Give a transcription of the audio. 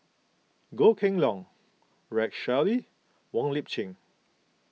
Goh Kheng Long Rex Shelley Wong Lip Chin